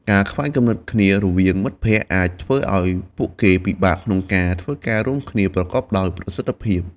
ការខ្វែងគំនិតគ្នារវាងមិត្តភក្តិអាចធ្វើឱ្យពួកគេពិបាកក្នុងការធ្វើការរួមគ្នាប្រកបដោយប្រសិទ្ធភាព។